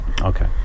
Okay